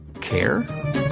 care